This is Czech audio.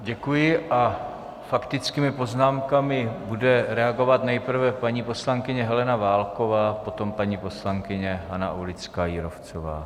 Děkuji a faktickými poznámkami bude reagovat nejprve paní poslankyně Helena Válková, poté paní poslankyně Hana Aulická Jírovcová.